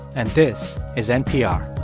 and this is npr